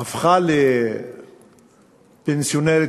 הפכה לפנסיונרית,